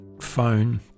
phone